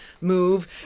move